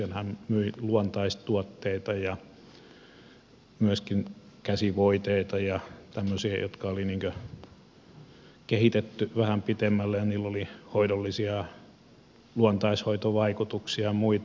hän myi luontaistuotteita ja myöskin käsivoiteita ja tämmöisiä jotka oli kehitetty vähän pitemmälle ja joilla oli hoidollisia luontaishoitovaikutuksia ja muita